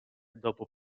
dopo